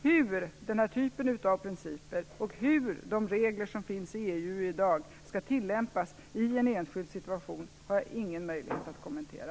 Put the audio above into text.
Hur den här typen av principer och de regler som finns i EU i dag skall tillämpas i en enskild situation har jag ingen möjlighet att kommentera.